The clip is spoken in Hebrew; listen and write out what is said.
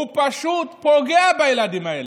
הוא פשוט פוגע בילדים האלה.